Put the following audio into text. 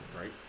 right